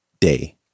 Day